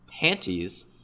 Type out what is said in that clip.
panties